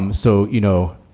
um so, you know,